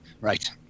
Right